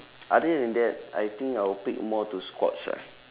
other than that I think I would pick more to squats ah